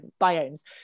biomes